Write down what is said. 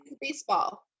baseball